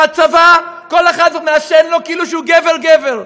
בצבא כל אחד מעשן לו כאילו שהוא גבר-גבר.